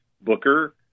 booker